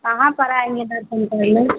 कहाँ पर आऍंगे दर्शन करने